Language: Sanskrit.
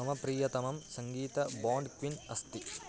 मम प्रियतमं सङ्गीतं बोण्ड् क्विन् अस्ति